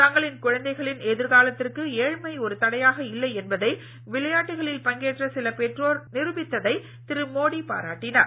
தங்களின் குழந்தைகளின் எதிர்காலத்திற்கு ஏழ்மை ஒரு தடையாக இல்லை என்பதை விளையாட்டுகளில் பங்கேற்ற சில பெற்றோர் நிருபித்ததை திரு மோடி பாராட்டினார்